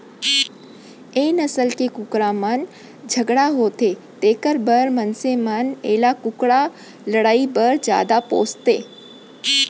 ए नसल के कुकरा मन झगरहा होथे तेकर बर मनसे मन एला कुकरा लड़ई बर जादा पोसथें